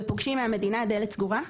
ופוגשים מהמדינה דלת סגורה,